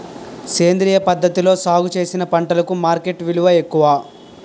సేంద్రియ పద్ధతిలో సాగు చేసిన పంటలకు మార్కెట్ విలువ ఎక్కువ